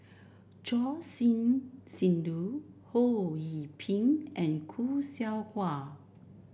Choor Singh Sidhu Ho Yee Ping and Khoo Seow Hwa